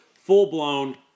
full-blown